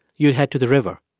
you'd head to the river.